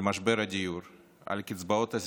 על משבר הדיור ועל קצבאות הזקנה,